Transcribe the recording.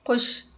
خوش